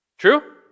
True